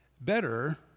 better